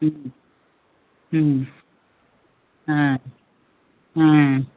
ওম ওম ওম ওম